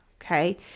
okay